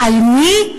על מי?